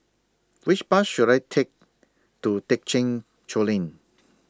Which Bus should I Take to Thekchen Choling